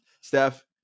Steph